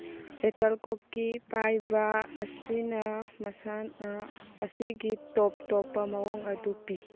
ꯁꯦꯠꯇꯜ ꯀꯣꯛꯀꯤ ꯄꯥꯏꯕ ꯑꯁꯤꯅ ꯃꯁꯥꯟꯅ ꯑꯁꯤꯒꯤ ꯇꯣꯞ ꯇꯣꯞꯄ ꯃꯑꯣꯡ ꯑꯗꯨ ꯄꯤ